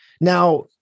now